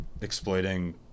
exploiting